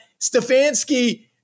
Stefanski